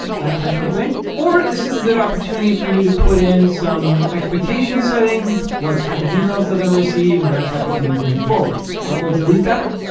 that type of thing, or this is a good opportunity for you to put in some expectation setting, what type of emails they're going to receive and that type of thing going forward. but we'll delete that.